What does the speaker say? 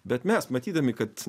bet mes matydami kad